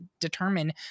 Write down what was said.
determine